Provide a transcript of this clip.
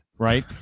right